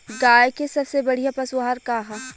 गाय के सबसे बढ़िया पशु आहार का ह?